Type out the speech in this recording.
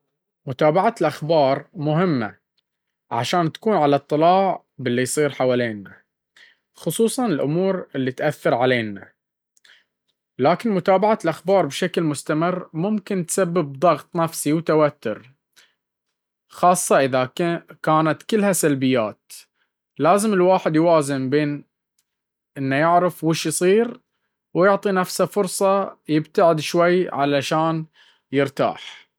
متابعة الأخبار مهمة عشان نكون على اطلاع باللي يصير حوالينا، خصوصًا الأمور اللي تأثر علينا. لكن متابعة الأخبار بشكل مستمر ممكن تسبب ضغط نفسي وتوتر، خاصة إذا كانت كلها سلبيات. لازم الواحد يوازن بين يعرف وش يصير ويعطي نفسه فرصة يبتعد شوي عشان يريح.